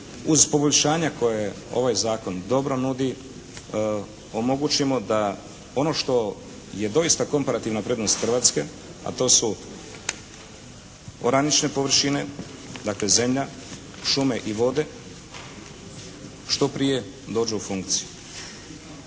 uz poboljšanja koja ovaj zakon dobro nudi omogućimo da ono to je doista komparativna prednost Hrvatske, a to su oranične površine, dakle zemlja, šume i vode, što prije dođu u funkciju.